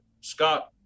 Scott